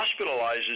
hospitalizes